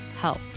help